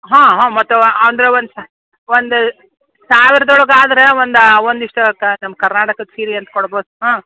ಹಾಂ ಹಾಂ ಮತ್ತು ಅವು ಆಂದ್ರವಂತ ಒಂದು ಸಾವಿರದ ಒಳಗೆ ಆದರೆ ಒಂದು ಒಂದಿಷ್ಟು ಕ ನಮ್ಮ ಕರ್ನಾಟಕದ ಸೀರೆ ಅಂತ ಕೊಡ್ಬೋದು ಹಾಂ